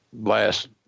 Last